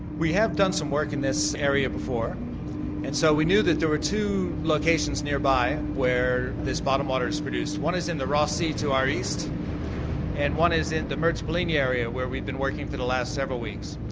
we have done some work in this area before, and so we knew that there were two locations nearby where this bottom water is produced. one is in the ross sea to our east and one is in the mertz polynya area where we've been working for the last several weeks.